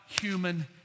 human